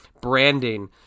branding